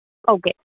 okay